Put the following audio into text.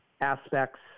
aspects